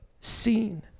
seen